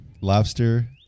Lobster